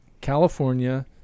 California